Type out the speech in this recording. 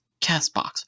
CastBox